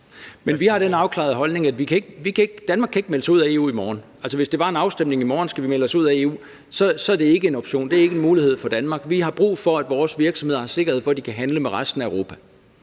Vi har den afklarede holdning, at Danmark ikke kan melde sig ud af EU i morgen. Altså, hvis der i morgen var en afstemning om, om vi skulle melde os ud af EU, så ville det ikke være en mulighed for Danmark. Vi har brug for, at vores virksomheder har sikkerhed for, at de kan handle med resten af Europa.